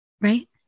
Right